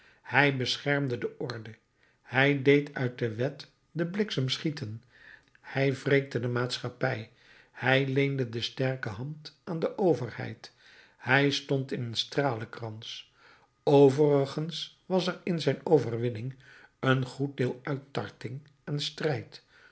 hij beschermde de orde hij deed uit de wet den bliksem schieten hij wreekte de maatschappij hij leende de sterke hand aan de overheid hij stond in een stralenkrans overigens was er in zijn overwinning een goed deel uittarting en strijd